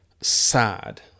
sad